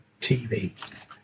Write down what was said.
TV